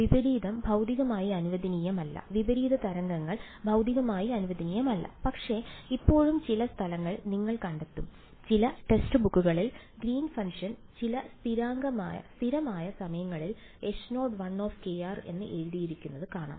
വിപരീതം ഭൌതികമായി അനുവദനീയമല്ല വിപരീത തരംഗങ്ങൾ ഭൌതികമായി അനുവദനീയമല്ല പക്ഷേ ഇപ്പോഴും ചില സ്ഥലങ്ങൾ നിങ്ങൾ കണ്ടെത്തും ചില ടെക്സ്റ്റ് ബുക്കുകളിൽ ഗ്രീൻ ഫംഗ്ഷൻ ചില സ്ഥിരമായ സമയങ്ങളിൽ H0 എന്ന് എഴുതിയിരിക്കുന്നത് കാണാം